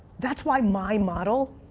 that's why my model,